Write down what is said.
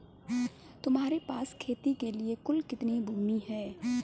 तुम्हारे पास खेती के लिए कुल कितनी भूमि है?